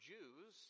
Jews